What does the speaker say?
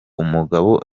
umugabo